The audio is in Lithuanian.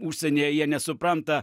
užsienyje jie nesupranta